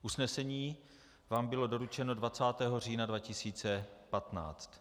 Usnesení vám bylo doručeno 20. října 2015.